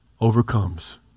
overcomes